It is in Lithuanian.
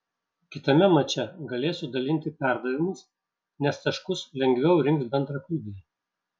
kitame mače galėsiu dalinti perdavimus nes taškus lengviau rinks bendraklubiai